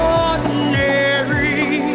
ordinary